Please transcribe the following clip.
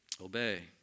obey